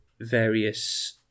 various